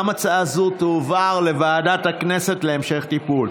גם הצעה זו תועבר לוועדת הכנסת להמשך טיפול.